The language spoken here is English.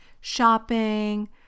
shopping